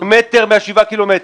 מטר מהשבעה קילומטרים.